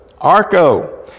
arco